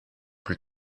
plus